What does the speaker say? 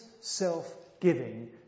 self-giving